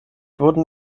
wurden